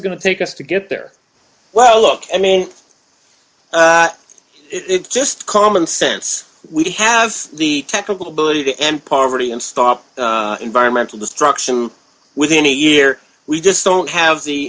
it going to take us to get there well ok i mean it's just common sense we have the technical ability to end poverty and stop environmental destruction within a year we just don't have the